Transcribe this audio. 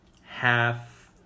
half